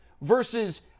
versus